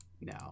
No